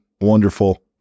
wonderful